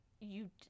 You-